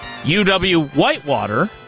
UW-Whitewater